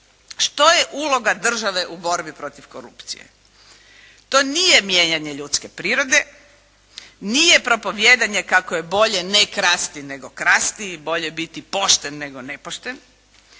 Što je uloga države u borbi korupcije? To nije mijenjanje ljudske prirode, nije propovijedanje kako je bolje ne krasti, nego krasti i bolje biti pošten, nego nepošten.